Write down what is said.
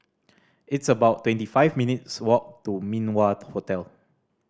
it's about twenty five minutes' walk to Min Wah Hotel